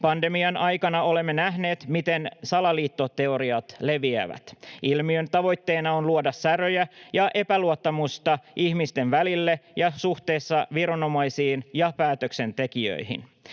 Pandemian aikana olemme nähneet, miten salaliittoteoriat leviävät. Ilmiön tavoitteena on luoda säröjä ja epäluottamusta ihmisten välille ja suhteessa viranomaisiin ja päätöksentekijöihin.